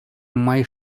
май